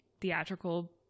theatrical